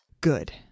Good